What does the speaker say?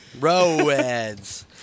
Roads